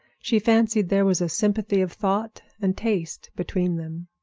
she fancied there was a sympathy of thought and taste between them,